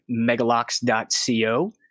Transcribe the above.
megalox.co